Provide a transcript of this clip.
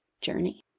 journey